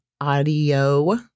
audio